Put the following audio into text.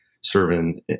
serving